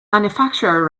manufacturer